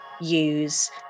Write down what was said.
use